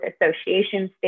associations